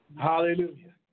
Hallelujah